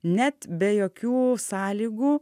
net be jokių sąlygų